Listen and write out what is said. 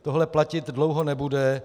Tohle platit dlouho nebude.